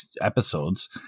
episodes